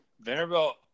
Vanderbilt